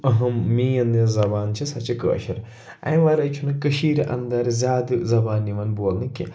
أہم مین یۄس زَبان چھِ سۄ چھِ کٲشُر اَمہِ وَرٲے چھُنہٕ کٔشیٖرِ اَنٛدر زیادٕ زبان یِوان بولنہٕ کیٚنٛہہ